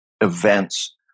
events